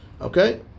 Okay